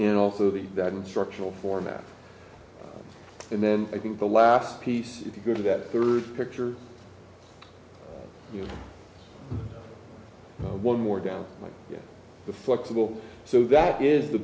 and also the that instructional format and then i think the last piece you could go to that third picture you know one more down like the flexible so that is the